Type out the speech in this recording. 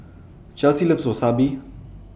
Chelsea loves Wasabi